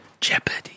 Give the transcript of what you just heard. Jeopardy